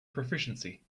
proficiency